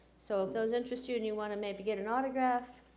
so if those interest you and you want to, maybe, get an autograph,